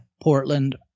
portland